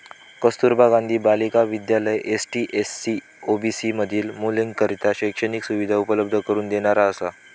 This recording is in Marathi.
कस्तुरबा गांधी बालिका विद्यालय एस.सी, एस.टी, ओ.बी.सी मधील मुलींकरता शैक्षणिक सुविधा उपलब्ध करून देणारा असा